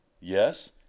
Yes